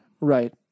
Right